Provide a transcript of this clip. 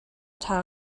ṭha